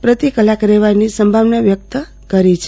પ્રતિ કલાક રહેવાની સંભવત વ્યસ્ત કરી છે